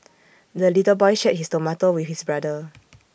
the little boy shared his tomato with his brother